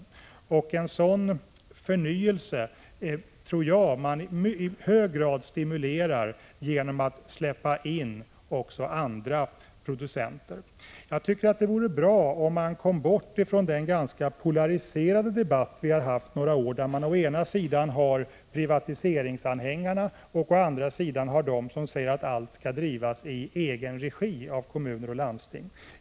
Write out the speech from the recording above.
En sådan förnyelse tror jag att man i hög grad uppmuntrar genom att släppa in också andra producenter. Det vore bra om man kom bort från den ganska polariserade debatt som vi har haft några år och där man å ena sidan har privatiseringsanhängarna och å andra sidan de som säger att allt skall drivas i egen regi av kommuner och landsting.